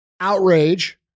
outrage